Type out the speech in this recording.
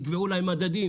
תקבעו להם מדדים